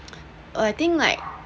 or I think like